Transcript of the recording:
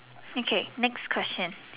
okay next question